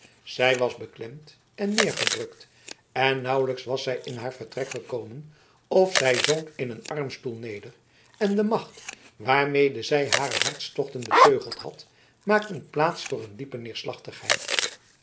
zij was beklemd en neergedrukt en nauwelijks was zij in haar vertrek gekomen of zij zonk in een armstoel neder en de macht waarmede zij hare hartstochten beteugeld had maakte plaats voor een diepe neerslachtigheid